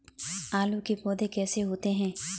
आलू के पौधे कैसे होते हैं?